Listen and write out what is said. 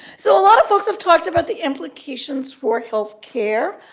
so a lot of folks have talked about the implications for health care.